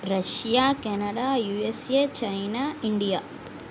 Russia Canada USA China India